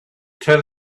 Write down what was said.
tell